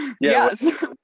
yes